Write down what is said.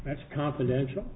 that's confidential